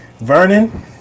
vernon